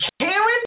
Karen